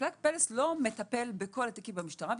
פלג פל"ס לא מטפל בכל התיקים במשטרה.